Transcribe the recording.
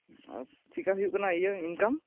ᱟᱨ ᱪᱮᱫ ᱞᱮᱠᱟ ᱦᱩᱭᱩᱜ ᱠᱟᱱᱟ ᱤᱭᱟᱹ ᱤᱱᱠᱟᱢ